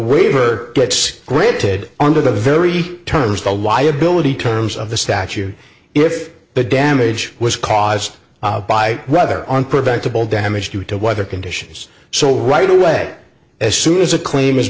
waiver gets granted under the very terms the liability terms of the statute if the damage was caused by rather on preventable damage due to weather conditions so right away as soon as a claim